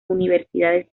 universidades